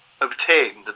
obtained